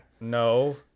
No